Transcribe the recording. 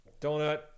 donut